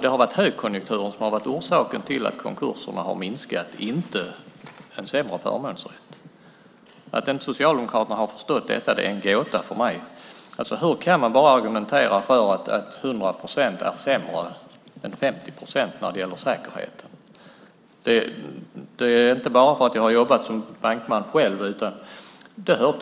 Det är högkonjunkturen som har varit orsaken till att konkurserna minskat, inte en sämre förmånsrätt. Att Socialdemokraterna inte har förstått detta är en gåta för mig. Hur kan man argumentera för att 100 procent är sämre än 50 procent när det gäller säkerheten? Detta säger jag inte bara för att jag jobbat som bankman, utan det hör